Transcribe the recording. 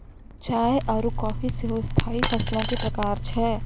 चाय आरु काफी सेहो स्थाई फसलो के प्रकार छै